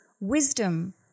Wisdom